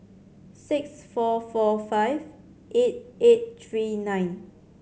six four four five eight eight three nine